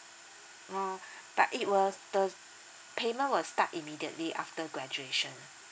oh but it was the payment will start immediately after graduation